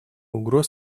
угроз